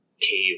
cave